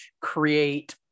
create